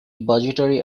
budgetary